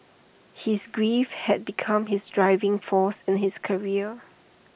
his grief had become his driving force in his career